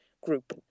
group